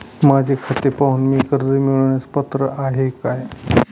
माझे खाते पाहून मी कर्ज मिळवण्यास पात्र आहे काय?